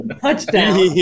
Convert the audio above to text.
Touchdown